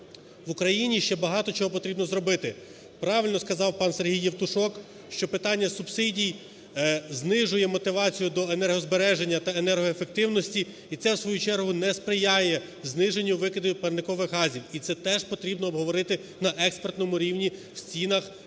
В Україні ще багато чого потрібно зробити. Правильно сказав пан Сергій Євтушок, що питання субсидій знижує мотивацію до енергозбереження та енергоефективності, і це в свою чергу не сприяє зниженню викидів парникових газів. І це теж потрібно обговорити на експертному рівні в стінах